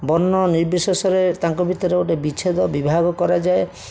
ବର୍ଣ୍ଣ ନିର୍ବିଶେଷରେ ତାଙ୍କ ଭିତରେ ଗୋଟେ ବିଚ୍ଛେଦ ବିଭାଗ କରାଯାଏ